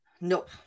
Nope